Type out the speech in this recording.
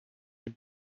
die